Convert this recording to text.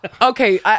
Okay